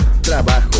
trabajo